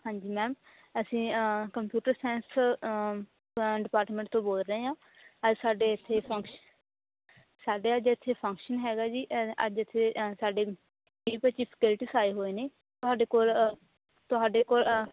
ਹਾਂਜੀ ਮੈਮ ਅਸੀਂ computer science 'ਚ ਡਿਪਾਰਟਮੈਂਟ ਤੋਂ ਬੋਲ ਰਹੇ ਹਾਂ ਅੱਜ ਸਾਡੇ ਇੱਥੇ ਫੰਕਸ਼ ਸਾਡੇ ਅੱਜ ਇੱਥੇ ਫੰਕਸ਼ਨ ਹੈਗਾ ਜੀ ਇਹ ਅੱਜ ਇੱਥੇ ਆਂ ਸਾਡੇ ਵੀਹ ਪੱਚੀ ਸਟੇਟਸ ਆਏ ਹੋਏ ਨੇ ਤੁਹਾਡੇ ਕੋਲ ਤੁਹਾਡੇ ਕੋਲ